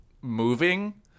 moving—